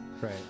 Right